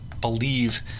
believe